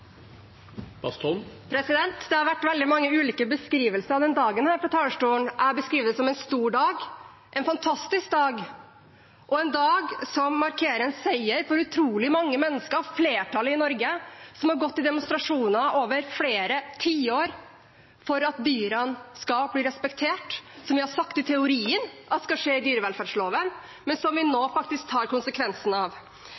omme. Det har vært veldig mange ulike beskrivelser av denne dagen fra talerstolen. Jeg beskriver det som en stor dag, en fantastisk dag og en dag som markerer en seier for utrolig mange mennesker, flertallet i Norge, som har gått i demonstrasjoner over flere tiår for at dyrene skal bli respektert, slik vi har sagt i teorien skal skje i dyrevelferdsloven, men som vi